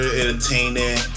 entertaining